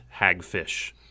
hagfish